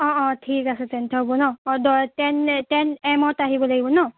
অঁ অঁ ঠিক আছে তেন্ত হ'ব ন অঁ দহ টেন টেন এমত আহিব লাগিব ন